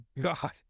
god